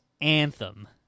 anthem